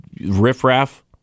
riffraff